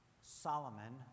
Solomon